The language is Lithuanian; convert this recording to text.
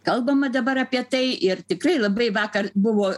kalbama dabar apie tai ir tikrai labai vakar buvo